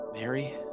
Mary